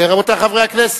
רבותי חברי הכנסת,